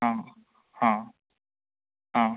ആ ആ